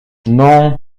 non